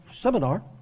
seminar